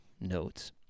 notes